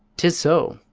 tis so,